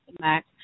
max